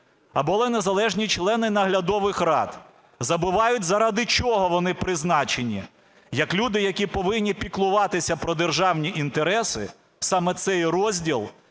а були незалежні члени наглядових рад, забувають, заради чого вони призначені, як люди, які повинні піклуватися про державні інтереси, саме цей розділ